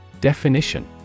Definition